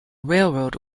railroad